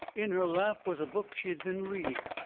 in her lap was a book she had been reading.